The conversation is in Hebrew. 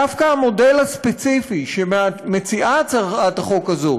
דווקא המודל הספציפי שמציעה הצעת החוק הזאת